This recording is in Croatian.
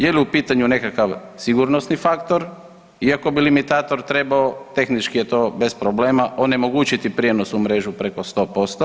Je li u pitanju nekakav sigurnosni faktor iako bi limitator trebao tehnički je to bez problema, onemogućiti prijenos u mrežu preko 100%